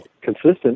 consistent